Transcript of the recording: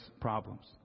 problems